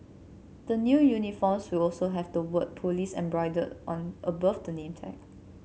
the new uniforms will also have the word police embroidered on above the name tag